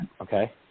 okay